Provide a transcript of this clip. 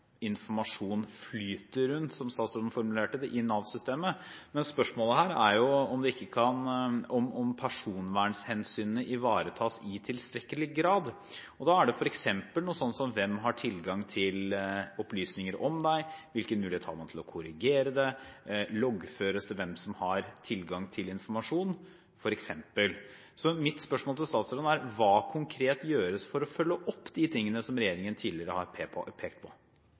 informasjon flyter rundt i Nav-systemet, slik statsråden formulerte det, men spørsmålet her er om personvernhensynene ivaretas i tilstrekkelig grad. Spørsmålene er f.eks.: Hvem har tilgang til opplysninger om meg? Hvilke muligheter har man til å korrigere dem? Loggføres det hvem som har tilgang til informasjon? Så mitt spørsmål til statsråden er: Hva konkret gjøres for å følge opp det som regjeringen tidligere har pekt på?